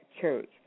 church